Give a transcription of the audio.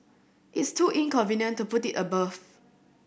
it's too inconvenient to put it above